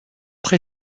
pré